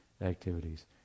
activities